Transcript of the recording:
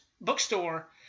bookstore